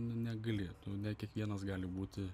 nu negali tu ne kiekvienas gali būti